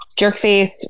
Jerkface